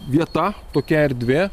vieta tokia erdvė